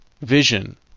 vision